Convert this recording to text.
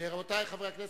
רבותי חברי הכנסת,